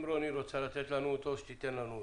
אם רני נויבואר רוצה להציג לנו אותו, שתציג אותו.